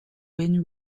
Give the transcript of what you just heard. win